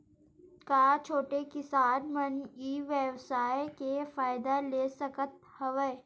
का छोटे किसान मन ई व्यवसाय के फ़ायदा ले सकत हवय?